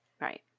Right